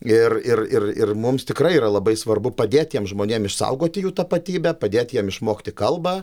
ir ir ir ir mums tikrai yra labai svarbu padėt tiem žmonėm išsaugoti jų tapatybę padėt jiem išmokti kalbą